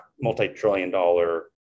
multi-trillion-dollar